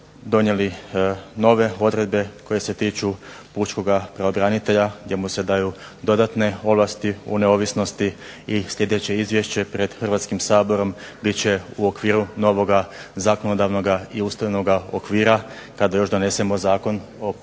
donijeli nove odredbe koje se tiču pučkoga pravobranitelja, gdje mu se daju dodatne ovlasti u neovisnosti i sljedeće izvješće pred Hrvatskim saborom bit će u okviru novoga zakonodavnoga i ustanova okvira, kada još donesemo Zakon o